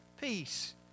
peace